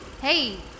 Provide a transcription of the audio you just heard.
Hey